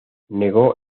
negó